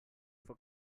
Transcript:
for